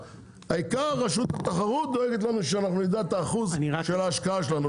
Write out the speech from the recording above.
העיקר רשות התחרות דואגת לנו שאנחנו נדע את האחוז של ההשקעה שלנו.